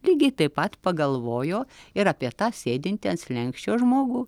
lygiai taip pat pagalvojo ir apie tą sėdintį ant slenksčio žmogų